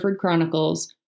Chronicles